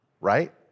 right